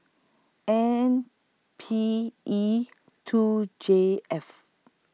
N P E two J F